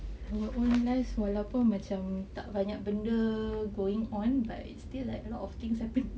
our own life walaupun macam tak banyak benda going on but it's still like a lot of things happening